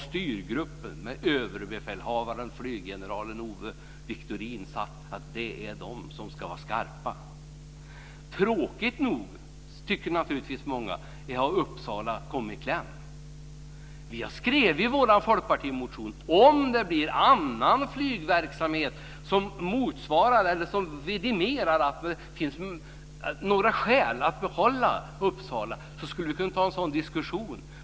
Styrgruppen med överbefälhavaren och flyggeneralen Owe Wiktorin har sagt att det är de som ska vara skarpa. Tråkigt nog - tycker naturligtvis många - så har Uppsala kommit i kläm. Vi har skrivit i vår folkpartimotion att om det blir annan flygverksamhet som motsvarar detta eller som vidimerar att det finns några skäl att behålla Uppsala så skulle vi kunna ta upp en sådan diskussion.